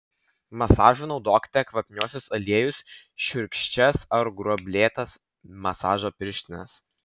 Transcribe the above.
masažui naudokite kvapniuosius aliejus šiurkščias ar gruoblėtas masažo pirštines